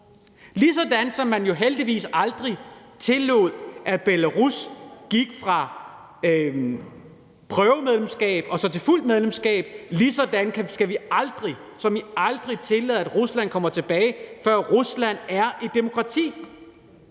ligesom man jo heldigvis aldrig tillod, at Belarus gik fra at have et prøvemedlemskab til fuldt medlemskab, skal vi aldrig, som i aldrig, tillade, at Rusland kommer tilbage, før Rusland er et demokrati.